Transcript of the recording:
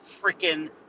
freaking